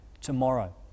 tomorrow